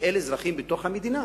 ואלה אזרחים בתוך המדינה.